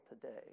today